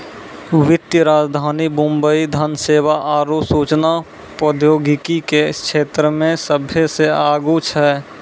वित्तीय राजधानी मुंबई धन सेवा आरु सूचना प्रौद्योगिकी के क्षेत्रमे सभ्भे से आगू छै